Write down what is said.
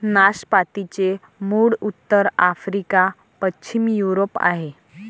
नाशपातीचे मूळ उत्तर आफ्रिका, पश्चिम युरोप आहे